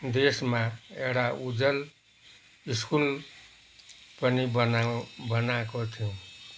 देशमा एउटा उज्जवल स्कुल पनि बनाऔँ बनाएको थियौँ